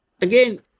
Again